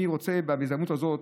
בהזדמנות הזאת,